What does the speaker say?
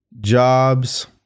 Jobs